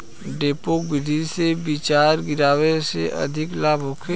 डेपोक विधि से बिचरा गिरावे से अधिक लाभ होखे?